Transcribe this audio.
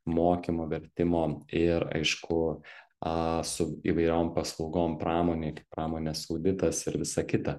mokymų vertimo ir aišku a su įvairiom paslaugom pramonėj kaip pramonės auditas ir visa kita